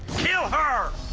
kill her!